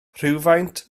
rhywfaint